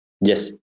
Yes